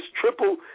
triple